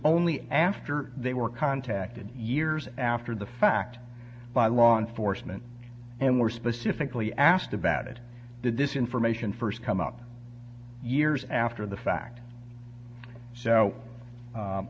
only after they were contacted years after the fact by law enforcement and were specifically asked about it that this information first come up years after the fact so